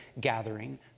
gathering